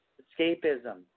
escapism